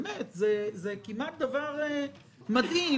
זה כמעט דבר מדהים,